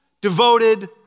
devoted